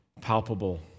palpable